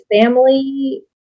family